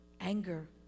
Anger